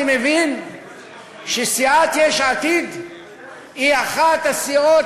היום אני מבין שסיעת יש עתיד היא אחת הסיעות,